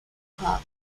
club